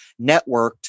networked